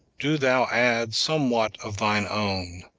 do thou add somewhat of thine own.